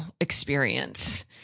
experience